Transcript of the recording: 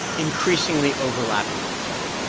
increasingly overlapping with each other?